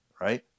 right